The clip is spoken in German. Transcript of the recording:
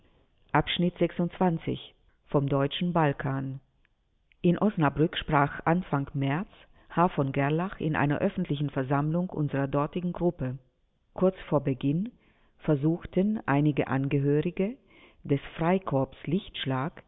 volks-zeitung vom deutschen balkan in osnabrück sprach anfang märz h v gerlach in einer öffentlichen versammlung unserer dortigen gruppe kurz vor beginn versuchten einige angehörige des freikorps lichtschlag